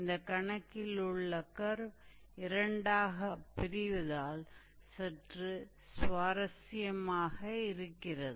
இந்த கணக்கில் உள்ள கர்வ் இரண்டாகப் பிரிவதால் சற்று சுவாரஸ்யமாக இருக்கிறது